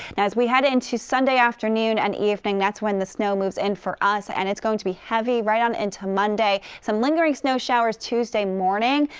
as we head into sunday afternoon and evening, that's when the snow moves in for us, and it's going to be heavy right on into monday. some lingering snow showers tuesday morning,